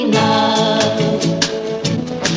love